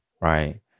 Right